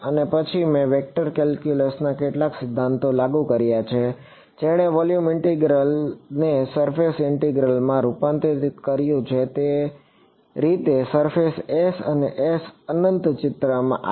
અને પછી મેં વેક્ટર કેલ્ક્યુલસના કેટલાક સિદ્ધાંતો લાગુ કર્યા જેણે વોલ્યુમ ઇન્ટિગ્રલને સરફેસ ઇન્ટિગ્રલમાં રૂપાંતરિત કર્યું તે રીતે સરફેસ S અને S અનંત ચિત્રમાં આવી